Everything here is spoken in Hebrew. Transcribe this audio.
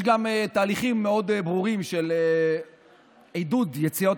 יש גם תהליכים מאוד ברורים של עידוד יציאת